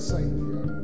Savior